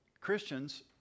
Christians